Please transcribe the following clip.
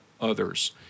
others